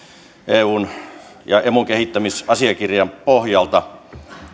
eun ja emun kehittämisasiakirjan pohjalta